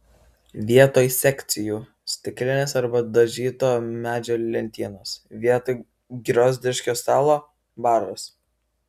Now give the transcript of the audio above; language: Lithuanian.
vietoj sekcijų stiklinės arba dažyto medžio lentynos vietoj griozdiško stalo baras